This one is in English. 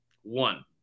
one